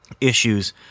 issues